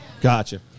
Gotcha